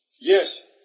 Yes